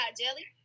Jelly